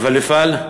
אבל אפעל,